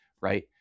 Right